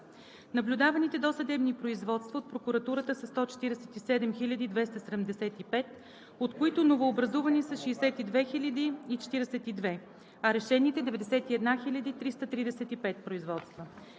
Наблюдаваните досъдебни производства от прокуратурата са 147 275, от които новообразувани са 62 042, а решените – 91 335 производства.